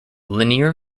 linear